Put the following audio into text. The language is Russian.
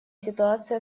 ситуация